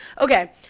Okay